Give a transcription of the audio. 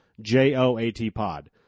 J-O-A-T-Pod